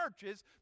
churches